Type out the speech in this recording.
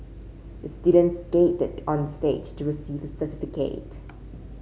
the student skated onto the stage to receive his certificate